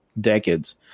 decades